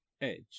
edge